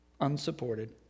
unsupported